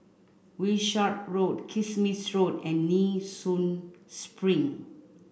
Wishart Road Kismis Road and Nee Soon Spring